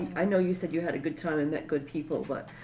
i know you said you had a good time and met good people, but